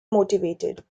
motivated